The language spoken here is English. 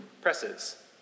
presses